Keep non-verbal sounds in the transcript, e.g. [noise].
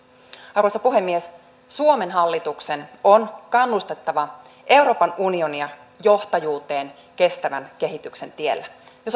arvoisa puhemies suomen hallituksen on kannustettava euroopan unionia johtajuuteen kestävän kehityksen tiellä ja [unintelligible]